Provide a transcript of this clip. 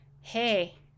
hey